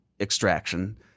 extraction